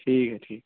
ٹھیک ہے ٹھیک ہے